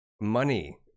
money